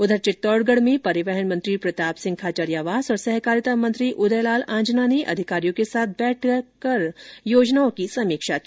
उघर चित्तौडगढ़ में परिवहन मंत्री प्रतापसिंह और सहकारिता मंत्री उदयलाल आंजना ने अधिकारियों के साथ बैठक कर योजनाओं की समीक्षा की